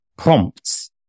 prompts